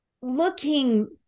Looking